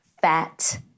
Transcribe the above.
fat